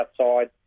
outside